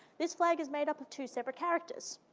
this flag is made up of two separate characters.